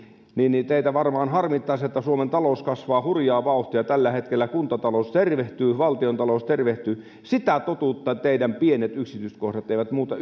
niin niin teitä varmaan harmittaa se että suomen talous kasvaa hurjaa vauhtia tällä hetkellä kuntatalous tervehtyy valtiontalous tervehtyy sitä totuutta teidän pienet yksityiskohtanne eivät muuta